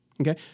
okay